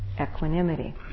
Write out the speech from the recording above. equanimity